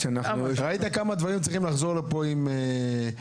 ראית כמה דברים צריכים לחזור לפה עם תשובות,